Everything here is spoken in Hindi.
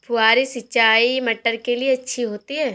फुहारी सिंचाई मटर के लिए अच्छी होती है?